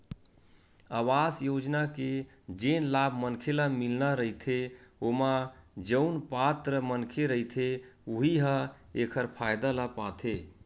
अवास योजना के जेन लाभ मनखे ल मिलना रहिथे ओमा जउन पात्र मनखे रहिथे उहीं ह एखर फायदा ल पाथे